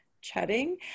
chatting